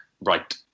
right